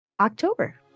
October